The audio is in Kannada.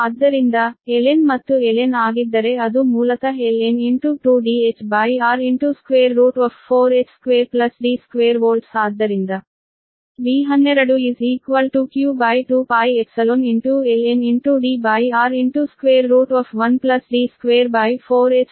ಆದ್ದರಿಂದ ln ಮತ್ತು ln ಆಗಿದ್ದರೆ ಅದು ಮೂಲತಃ ln 2Dhr4h2D2 volts ⁡ಆದ್ದರಿಂದ V12 q0 Dr1D24h212 ಇದು ಸಮೀಕರಣ 42 ಆಗಿದೆ